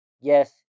yes